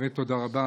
באמת תודה רבה.